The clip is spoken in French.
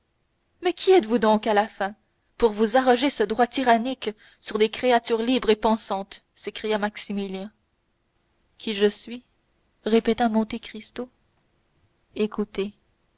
mais qui êtes-vous donc à la fin pour vous arroger ce droit tyrannique sur des créatures libres et pensantes s'écria maximilien qui je suis répéta monte cristo écoutez